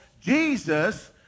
Jesus